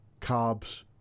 Carbs